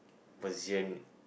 position